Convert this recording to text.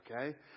okay